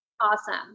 Awesome